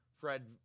Fred